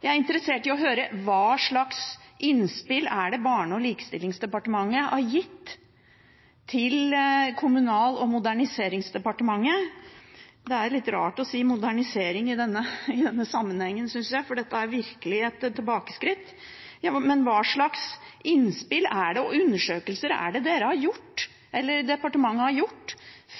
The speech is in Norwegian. Jeg er interessert i å høre om hva slags innspill Barne- og likestillingsdepartementet har gitt til Kommunal- og moderniseringsdepartementet – det er litt rart å si modernisering i denne sammenhengen, syns jeg, for dette er virkelig et tilbakeskritt – og hva slags undersøkelser departementet har gjort,